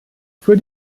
für